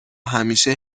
همیشه